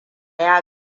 ya